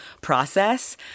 process